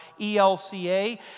ELCA